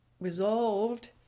resolved